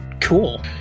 cool